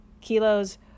kilos